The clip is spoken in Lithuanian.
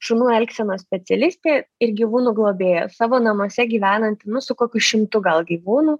šunų elgsenos specialistė ir gyvūnų globėja savo namuose gyvenanti nu su kokiu šimtu gal gyvūnų